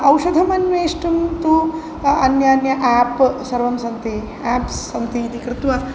औषधमन्वेष्टुं तु अन्यान्यानि एप् सर्वं सन्ति एप्स् सन्ति इति कृत्वा